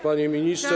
Panie Ministrze!